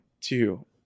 two